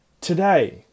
Today